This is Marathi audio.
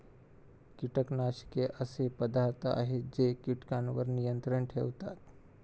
कीटकनाशके असे पदार्थ आहेत जे कीटकांवर नियंत्रण ठेवतात